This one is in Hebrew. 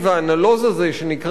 שנקרא "תג מחיר",